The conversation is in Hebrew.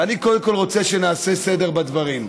ואני קודם כול רוצה שנעשה סדר בדברים.